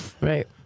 Right